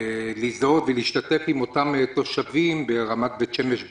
אני מבקש להזדהות ולהשתתף עם אותם תושבי ברמת בית שמש ב'